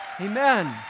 Amen